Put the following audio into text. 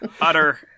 utter